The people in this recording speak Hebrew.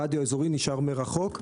הרדיו האזורי נשאר מרחוק.